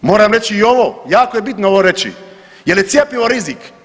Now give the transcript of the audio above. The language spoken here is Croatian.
Moram reći i ovo, jako je bitno ovo reći jel je cjepivo rizik?